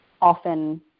often